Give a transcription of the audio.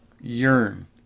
yearn